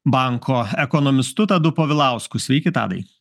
banko ekonomistu tadu povilausku sveiki tadai